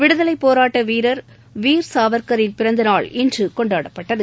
விடுதலைப் போராட்ட வீரர் வீர் சாவர்கரின் பிறந்தநாள் இன்று கொண்டாடப்பட்டது